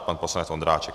Pan poslanec Ondráček.